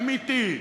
אמיתי,